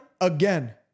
again